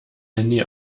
handy